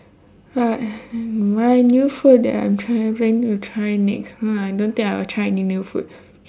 my new food that I'm planning to try next uh I don't think I'll try any new food